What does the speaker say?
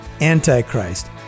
Antichrist